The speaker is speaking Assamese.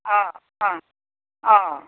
অঁ অঁ অঁ